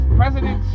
president